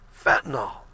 fentanyl